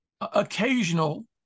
occasional